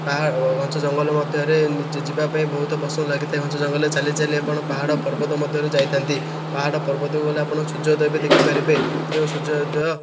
ତାହା ଘଞ୍ଚ ଜଙ୍ଗଲ ମଧ୍ୟରେ ଯିବାପାଇଁ ବହୁତ ପସନ୍ଦ ଲାଗିଥାଏ ଘଞ୍ଚ ଜଙ୍ଗଲରେ ଚାଲିଚାଲି ଆପଣ ପାହାଡ଼ ପର୍ବତ ମଧ୍ୟରେ ଯାଇଥାନ୍ତି ପାହାଡ଼ ପର୍ବତକୁ ଗଲେ ଆପଣ ସୂର୍ଯ୍ୟଦୋୟ ବି ଦେଖିପାରିବେ ଯେଉଁ ସୂର୍ଯ୍ୟଦୋୟ